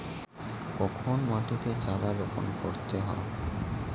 কখন মাটিতে চারা রোপণ করতে হয়?